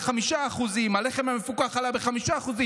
ב-5%; הלחם המפוקח עלה ב-5%.